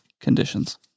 conditions